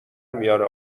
میاره